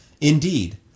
Indeed